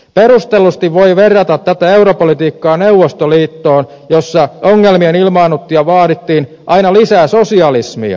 perustellusti voi verrata tätä europolitiikkaa neuvostoliittoon missä ongelmien ilmaannuttua vaadittiin aina lisää sosialismia